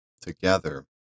together